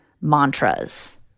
mantras